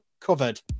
covered